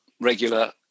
regular